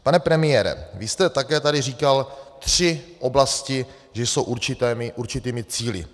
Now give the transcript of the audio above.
Pane premiére, vy jste také tady říkal tři oblasti, že jsou určitými cíli.